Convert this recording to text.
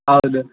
ಹೌದು